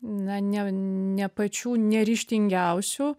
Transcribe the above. na ne ne pačių neryžtingiausių